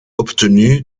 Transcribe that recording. obtenu